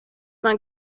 man